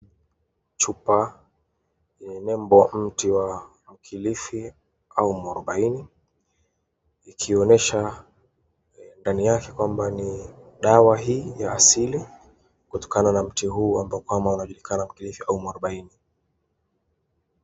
Chupa lenye nembo mti wa mkilifi au muarubauni, ikionyesha ndani yake kwamba ni dawa hii ya asili kutokana na mti huu unaojulikana kama mkilifi au muarubauni.